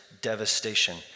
devastation